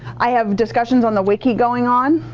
i have discussions on the wiki going on,